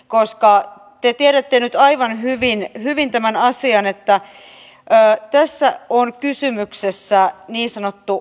koska te tiedätte nyt aivan hyvin tämän asian eli että tässä on kysymyksessä niin sanottu jäädytys